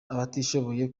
abatishoboye